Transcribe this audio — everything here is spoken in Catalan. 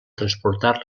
transportar